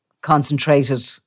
concentrated